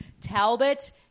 talbot